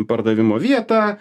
pardavimo vietą